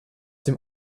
dem